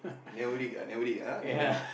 never read ah never read ah never read